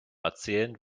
erzählen